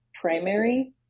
primary